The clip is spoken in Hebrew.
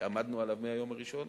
כי עמדנו עליו מהיום הראשון,